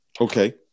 Okay